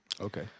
Okay